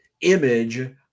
image